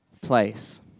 place